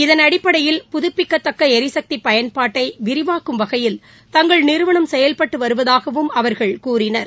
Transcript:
இதன் அடிப்படையில் புதுப்பிக்கத்தக்க எரிசக்தி பயன்பாட்டை விரிவாக்கும் வகையில் தங்கள் நிறுவனம் செயல்பட்டு வருவதாகவும் அவர்கள் கூறினர்